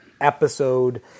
episode